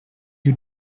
you